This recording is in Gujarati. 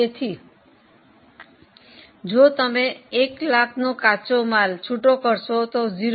તેથી જો તમે 100000 નો કાચો માલ છૂટુ કરશો તો 0